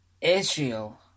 Israel